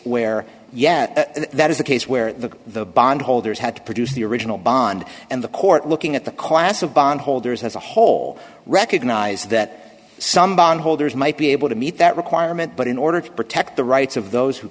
where yet that is the case where the bondholders had to produce the original bond and the court looking at the class of bond holders as a whole recognize that some bond holders might be able to meet that requirement but in order to protect the rights of those who